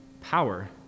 power